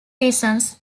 reasons